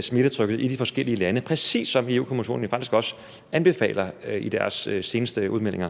smittetrykket i de forskellige lande, præcis som Europa-Kommissionen faktisk også anbefaler i deres seneste udmeldinger.